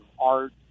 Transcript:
art